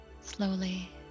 slowly